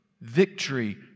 victory